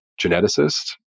geneticist